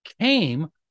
came